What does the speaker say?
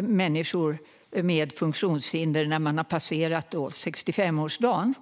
människor med funktionshinder som har passerat 65-årsdagen.